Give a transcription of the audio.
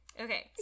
Okay